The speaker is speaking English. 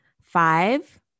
Five